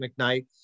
McKnight